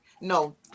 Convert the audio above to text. No